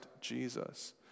Jesus